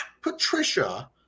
Patricia